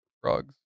frogs